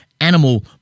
animal